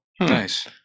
nice